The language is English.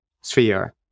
sphere